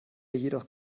jedoch